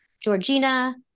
Georgina